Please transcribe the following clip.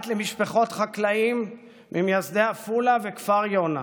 בת למשפחות חקלאים ממייסדי עפולה וכפר יונה,